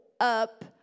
up